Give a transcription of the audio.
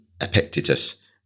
Epictetus